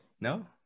No